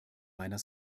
meiner